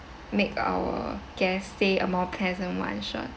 make our guests stay uh more pleasant [one] sure